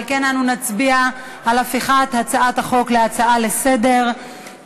על כן אנו נצביע על הפיכת הצעת החוק להצעה לסדר-היום.